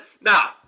Now